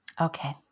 Okay